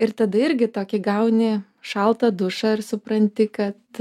ir tada irgi tokį gauni šaltą dušą ir supranti kad